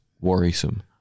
worrisome